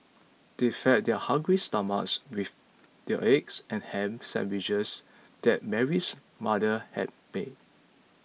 they fed their hungry stomachs with the eggs and ham sandwiches that Mary's mother had made